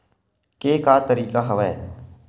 के का तरीका हवय?